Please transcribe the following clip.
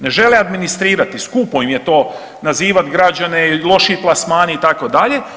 Ne žele administrirati, skupo im je to nazivati građane, lošiji plasmani itd.